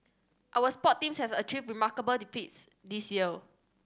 our sport teams have achieved remarkable the feats this year